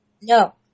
no